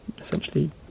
essentially